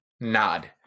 Nod